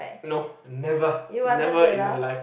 no never never in my life